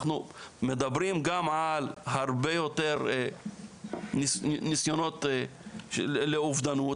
אנחנו מדברים גם על הרבה יותר נסיונות אובדנות,